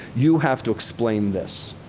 you have to explain this.